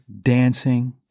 dancing